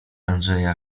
andrzeja